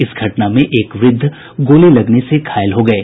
इस घटना में एक व्रद्ध गोली लगने से घायल हो गये